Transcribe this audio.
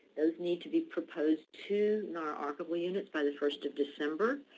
those need to be proposed to nara archival units by the first of december.